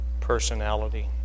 personality